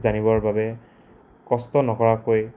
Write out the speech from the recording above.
জানিবৰ বাবে কষ্ট নকৰাকৈ